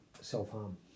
self-harm